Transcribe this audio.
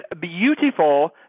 beautiful